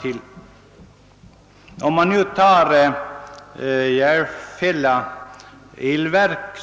Som ett exempel kan nämnas att AB Järfälla elverk